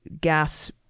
gas